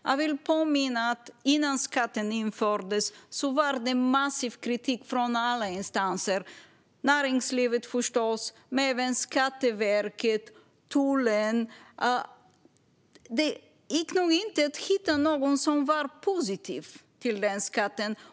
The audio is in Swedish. Jag vill påminna om att innan skatten infördes var kritiken massiv från alla instanser - näringslivet förstås, men även Skatteverket och tullen. Det gick nog inte att hitta någon som var positiv till den här skatten.